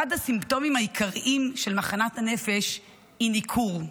אחד הסימפטומים העיקריים של מחלת הנפש היא ניכור.